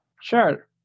Sure